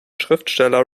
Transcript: schriftsteller